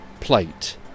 plate